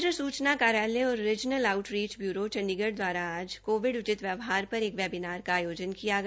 पत्र सूचना कार्यालय और रीज़नल आउटरीच बयूरो चंडीगढ़ द्वारा आज कोविड उचित व्यवहार पर एक वेबीनार का आयोजन किया गया